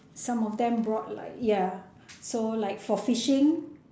some of them brought like ya so like for fishing